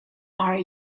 are